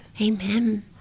Amen